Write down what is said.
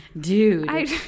dude